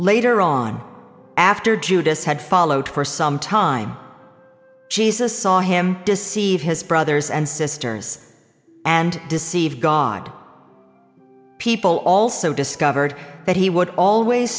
later on after judas had followed for some time jesus saw him deceived his brothers and sisters and deceived god people also discovered that he would always